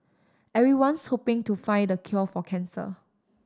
everyone's hoping to find the cure for cancer